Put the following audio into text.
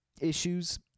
issues